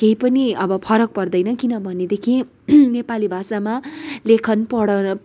केही पनि अब फरक पर्दैन किनभनेदेखि नेपाली भाषामा लेखन पढन